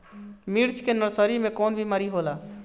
मिर्च के नर्सरी मे कवन बीमारी होला?